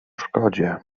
szkodzie